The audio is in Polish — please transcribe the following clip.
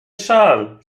szal